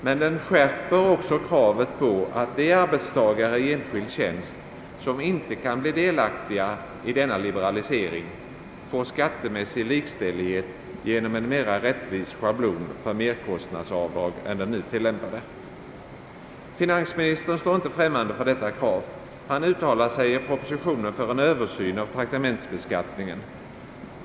Men den skärper också kravet på att de arbetstagare i enskild tjänst, som inte kan bli del aktiga av denna liberalisering, får skattemässig likställighet genom en mera rättvis schablon för merkostnadsavdrag än den nu tillämpade. Finansministern står inte främmande för detta krav. Han uttalar sig i propositionen för en översyn av traktamentsbeskattningen.